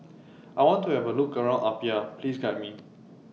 I want to Have A Look around Apia Please Guide Me